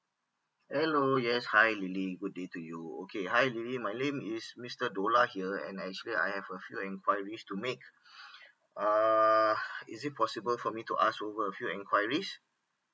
hello yes hi lily good day to you okay hi lily my name is mister dollah here and actually I have a few enquiries to make err is it possible for me to ask over a few enquiries